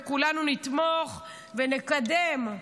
וכולנו נתמוך ונקדם,